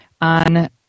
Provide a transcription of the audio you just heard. on